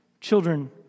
children